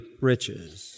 riches